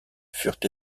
furent